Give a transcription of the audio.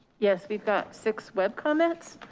yes, we've got six web comments.